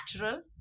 natural